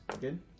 Good